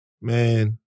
Man